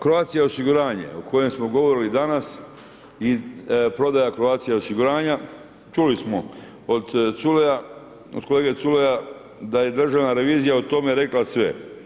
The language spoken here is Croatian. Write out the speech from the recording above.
Croatia osiguranje, o kojem smo govorili danas i prodaja Croatia osiguranja, čuli smo od kolege Culeja, da je država revizija o tome rekla sve.